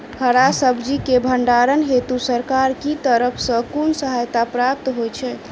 हरा सब्जी केँ भण्डारण हेतु सरकार की तरफ सँ कुन सहायता प्राप्त होइ छै?